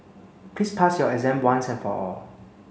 please pass your exam once and for all